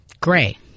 gray